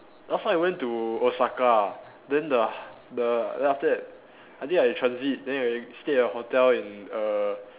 last time I went to Osaka then the the then after that I think I transit then I stay at hotel in err